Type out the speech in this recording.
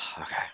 Okay